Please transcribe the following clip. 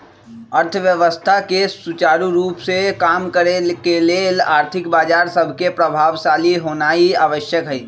अर्थव्यवस्था के सुचारू रूप से काम करे के लेल आर्थिक बजार सभके प्रभावशाली होनाइ आवश्यक हइ